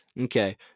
Okay